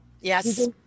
Yes